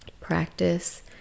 practice